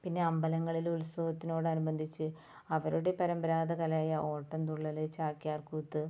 പിന്നെ അമ്പലങ്ങളിലെ ഉത്സവത്തിനൊടനുബന്ധിച്ച് അവരുടെ പരമ്പരാഗത കലയായ ഓട്ടൻ തുള്ളൽ ചാക്യാർകൂത്ത്